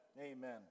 Amen